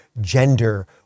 gender